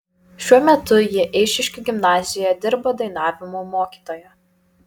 šiuo metu ji eišiškių gimnazijoje dirba dainavimo mokytoja